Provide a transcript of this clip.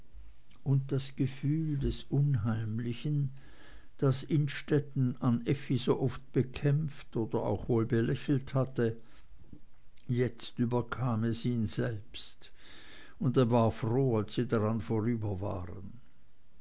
und das gefühl des unheimlichen das innstetten an effi so oft bekämpft oder auch wohl belächelt hatte jetzt überkam es ihn selbst und er war froh als sie dran vorüber waren